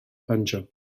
banjo